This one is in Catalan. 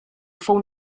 fou